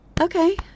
Okay